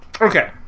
okay